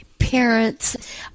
Parents